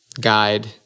guide